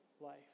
life